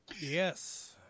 yes